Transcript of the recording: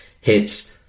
hits